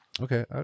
Okay